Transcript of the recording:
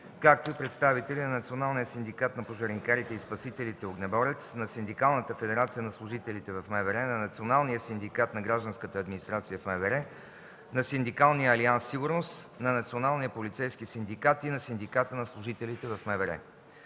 както и представители на Националния синдикат на пожарникарите и спасителите „Огнеборец”, на Синдикалната федерация на служителите в МВР, на Националния синдикат на гражданската администрация в МВР, на Синдикалния алианс „Сигурност”, на Националния полицейски синдикат и на Синдиката на служителите в МВР.